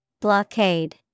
Blockade